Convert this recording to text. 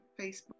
Facebook